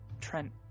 Trent